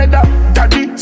Daddy